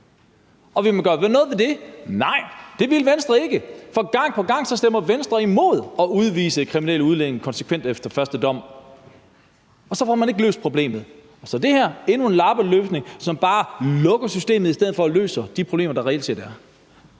Vil man gøre noget ved det? Nej, det vil Venstre ikke, for gang på gang stemmer Venstre imod at udvise kriminelle udlændinge konsekvent efter første dom, og så får man ikke løst problemet. Så det her er endnu en lappeløsning, som bare lukker systemet, i stedet for at det løser de problemer, der reelt set er.